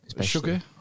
sugar